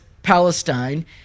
Palestine